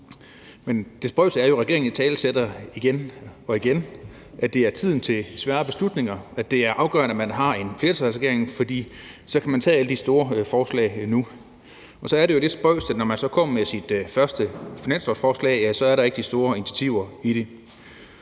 Det spøjse er jo, at regeringen igen og igen italesætter, at det er tid til svære beslutninger, og at det er afgørende, at man har en flertalsregering, for så kan man tage alle de store forslag nu. Så er der jo det lidt spøjse, at når man så kommer med sit første finanslovsforslag, er der ikke de store initiativer i det.